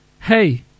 hey